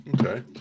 Okay